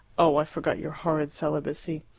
oh, i forgot your horrid celibacy.